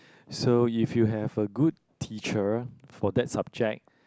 so if you have a good teacher for that subject